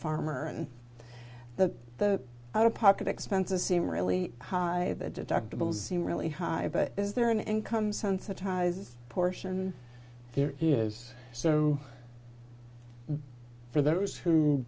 farmer and the the out of pocket expenses seem really high deductibles seem really high but is there an income sensitizes portion there is so for those who